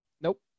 Nope